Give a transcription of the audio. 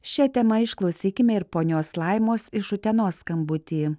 šia tema išklausykime ir ponios laimos iš utenos skambutį